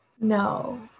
No